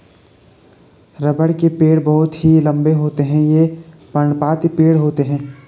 रबड़ के पेड़ बहुत ही लंबे होते हैं ये पर्णपाती पेड़ होते है